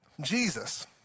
Jesus